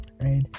Right